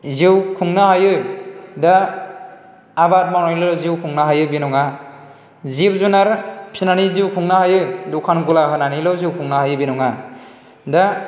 जिउ खुंनो हायो दा आबाद मावनानैल' जिउ खुंनो हायो बे नङा जिब जुनार फिनानै जिउ खुंनो हायो दखान गला होनानैल' जिउ खुंनो हायो बे नङा दा